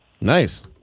Nice